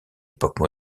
époque